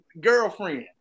girlfriend